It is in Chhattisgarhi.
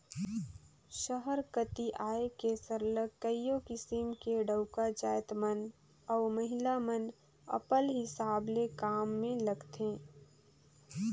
सहर कती आए के सरलग कइयो किसिम ले डउका जाएत मन अउ महिला मन अपल हिसाब ले काम में लगथें